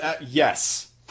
yes